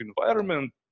environment